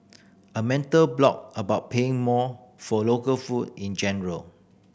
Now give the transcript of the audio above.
a mental block about paying more for local food in general